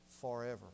forever